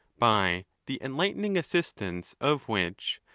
by the enlighten ing assistance of which,